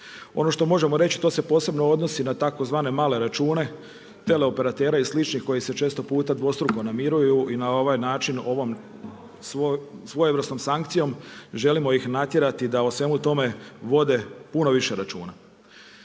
Ono što možemo reći to se posebno odnosi na tzv. male račune, teleoperateri i sličnih koji se često puta dvostruko namiruju i na ovaj način ovom svojevrsnom sankcijom želimo ih natjerati da o svemu tome vode puno više računa.